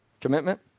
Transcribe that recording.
commitment